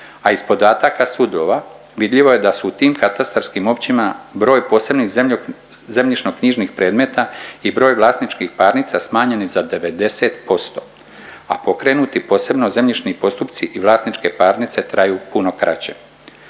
a iz podataka sudova vidljivo je da su u tim katastarskim općinama broj posebnih zemljišno-knjižnih predmeta i broj vlasničkih parnica smanjeni za 90%, a pokrenuti posebno zemljišni postupci i vlasničke parnice traju puno kraće.